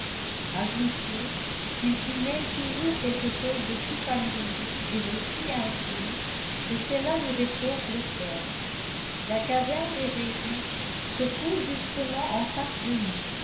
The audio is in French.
ajoutez qu'il s'y mêle toujours quelque chose de si familier et de si intime que cela nous réchauffe le cœur la caserne des jésuites se trouve justement en face de nous